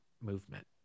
movement